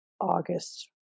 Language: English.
August